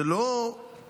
זה לא פוסח,